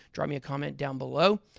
drop me a comment down below.